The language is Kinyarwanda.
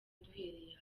duhereye